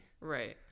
Right